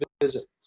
visit